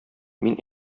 мин